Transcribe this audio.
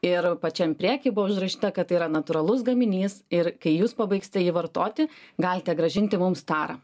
ir pačiam prieky buvo užrašyta kad tai yra natūralus gaminys ir kai jūs pabaigsite jį vartoti galite grąžinti mums tarą